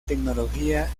tecnología